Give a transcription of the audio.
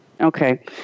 Okay